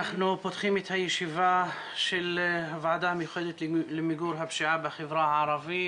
אנחנו פותחים את הישיבה של הוועדה המיוחדת למיגור הפשיעה בחברה הערבית.